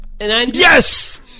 yes